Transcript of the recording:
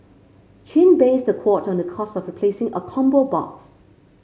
chin based the quote on the cost of replacing a combo box